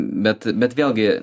bet bet vėlgi